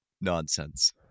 Nonsense